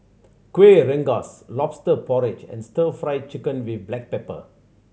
Kuih Rengas Lobster Porridge and Stir Fry Chicken with black pepper